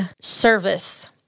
service